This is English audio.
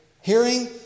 hearing